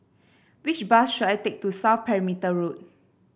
which bus should I take to South Perimeter Road